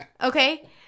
Okay